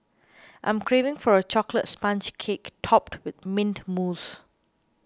I am craving for a Chocolate Sponge Cake Topped with Mint Mousse